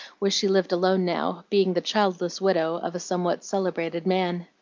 where she lived alone now, being the childless widow of a somewhat celebrated man.